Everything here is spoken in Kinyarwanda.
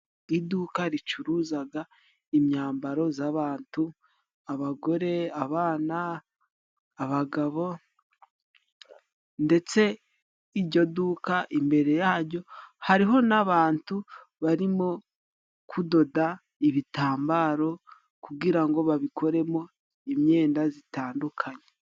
Iduka ricuruzaga imyambaro z'abantu, abagore, abana, abagabo ndetse ijyo duka imbere yajyo hariho n'abantu barimo kudoda ibitambaro, kugira ngo babikoremo imyenda zitandukanye.